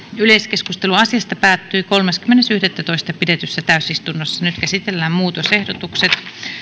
yleiskeskustelu asiasta päättyi kolmaskymmenes yhdettätoista kaksituhattaseitsemäntoista pidetyssä täysistunnossa nyt käsitellään muutosehdotukset